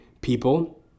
people